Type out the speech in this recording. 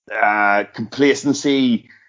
Complacency